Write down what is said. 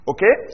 Okay